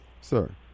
sir